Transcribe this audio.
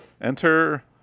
Enter